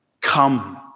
come